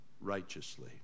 righteously